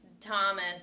Thomas